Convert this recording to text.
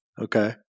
okay